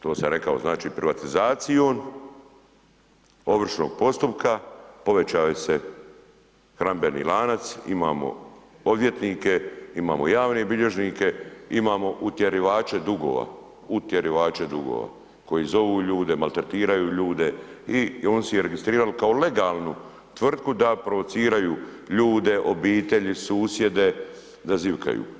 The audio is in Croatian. To sam rekao znači privatizacijom ovršnog postupka, povećao se hranidbeni lanac, imamo odvjetnike, imamo javne bilježnike, imamo utjerivače dugova, utjerivače dugova koji zovu ljude, maltretiraju ljude i on si je registrirao kao legalnu tvrtku da provociraju ljude, obitelji, susjede, da zivkaju.